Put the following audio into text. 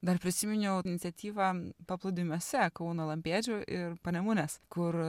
dar prisiminiau iniciatyvą paplūdimiuose kauno lampėdžių ir panemunės kur